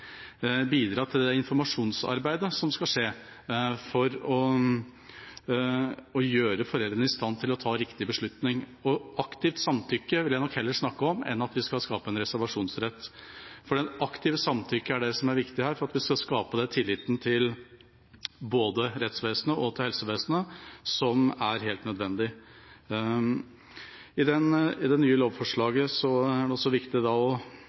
bidra til det informasjonsarbeidet som skal skje for å gjøre foreldrene i stand til å ta riktig beslutning, på en god måte. Jeg vil heller snakke om aktivt samtykke enn en reservasjonsrett, for det aktive samtykket er viktig for å skape den tilliten til både rettsvesenet og helsevesenet som er helt nødvendig. I det nye lovforslaget er det viktig å påpeke at dette gjelder både celler, vev og organer, og at celler og vev også